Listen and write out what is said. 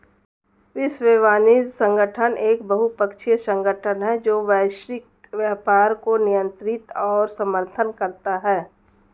विश्व वाणिज्य संगठन एक बहुपक्षीय संगठन है जो वैश्विक व्यापार को नियंत्रित और समर्थन करता है